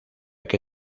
que